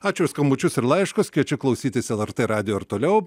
ačiū už skambučius ir laiškas kviečia klausytis lrt radijo ir toliau